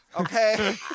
Okay